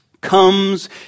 comes